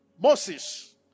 Moses